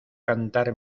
cantar